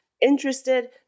interested